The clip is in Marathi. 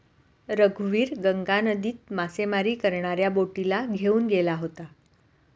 रघुवीर गंगा नदीत मासेमारी करणाऱ्या बोटीला घेऊन गेला होता